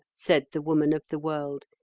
said the woman of the world,